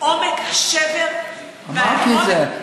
עומק השבר, אמרתי את זה.